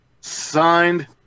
signed